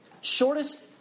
shortest